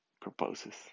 proposes